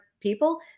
people